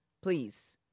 Please